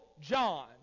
John